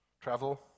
travel